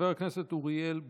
חבר הכנסת אוריאל בוסו.